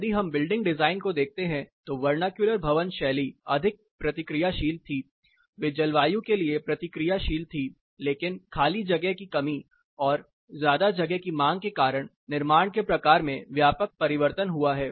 यदि हम building design को देखते हैं तो वर्नाक्यूलर भवन शैली अधिक प्रतिक्रियाशील थी वे जलवायु के लिए प्रतिक्रियाशील थी लेकिन खाली जगह की कमी और ज्यादा जगह की मांग के कारण निर्माण के प्रकार में व्यापक परिवर्तन हुआ है